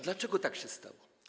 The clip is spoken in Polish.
Dlaczego tak się stało?